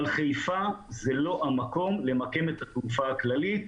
אבל חיפה היא לא המקום למקם את התעופה הכללית.